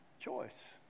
Choice